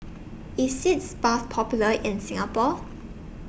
IS Sitz Bath Popular in Singapore